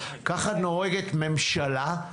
ככה נוהגת ממשלה,